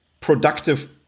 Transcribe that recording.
productive